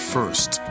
First